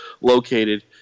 located